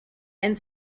and